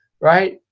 right